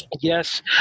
yes